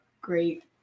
great